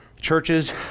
Churches